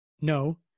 no